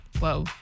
Whoa